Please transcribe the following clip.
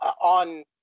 on